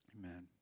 Amen